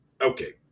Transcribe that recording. Okay